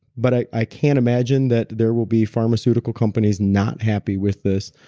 but i can imagine that there will be pharmaceutical companies not happy with this.